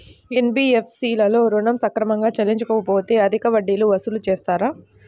NBFC లలో ఋణం సక్రమంగా చెల్లించలేకపోతె అధిక వడ్డీలు వసూలు చేస్తారా?